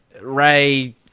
Ray